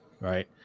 right